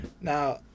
Now